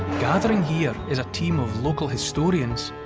gathering here is a team of local historians,